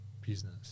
business